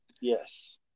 Yes